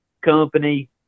company